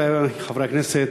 רבותי חברי הכנסת,